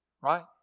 Right